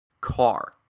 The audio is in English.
car